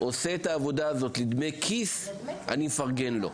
עושה את העבודה הזאת בשביל דמי כיס, אני מפרגן לו.